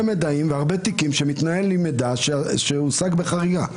מידעים והרבה תיקים שמתנהלים עם מידע שהושג בחריגה.